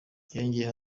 yongeyeho